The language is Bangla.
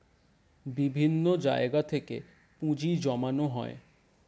বিভিন্ন জায়গা থেকে পুঁজি জমানো হয়